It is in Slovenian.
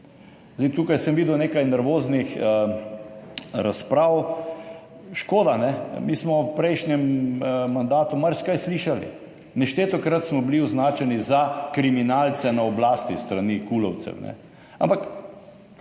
Tukaj sem videl nekaj nervoznih razprav. Škoda. Mi smo v prejšnjem mandatu marsikaj slišali, neštetokrat smo bili označeni za kriminalce na oblasti s strani kulovcev, ampak